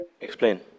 Explain